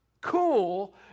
cool